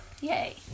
yay